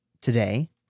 today